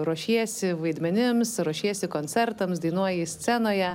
ruošiesi vaidmenims ruošiesi koncertams dainuoji scenoje